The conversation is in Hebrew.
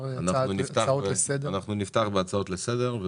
אנחנו נפתח בהצעות לסדר.